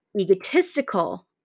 egotistical